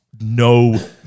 no